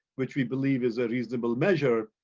which we believe is a reasonable measure,